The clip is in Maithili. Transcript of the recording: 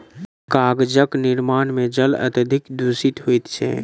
कागजक निर्माण मे जल अत्यधिक दुषित होइत छै